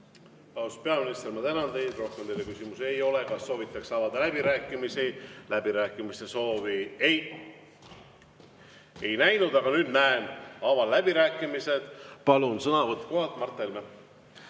peaminister, ma tänan teid. Rohkem teile küsimusi ei ole. Kas soovitakse avada läbirääkimisi? Läbirääkimiste soovi ei näinud, aga nüüd näen. Avan läbirääkimised. Palun, sõnavõtt kohalt, Mart Helme!